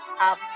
up